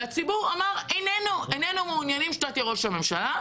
והציבור אמר: איננו מעוניינים שאתה תהיה ראש הממשלה.